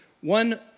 one